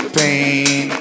pain